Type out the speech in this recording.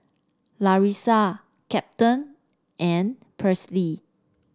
larissa Captain and Paisley